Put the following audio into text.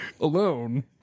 alone